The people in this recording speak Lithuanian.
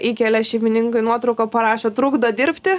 įkelia šeimininkai nuotrauką parašo trukdo dirbti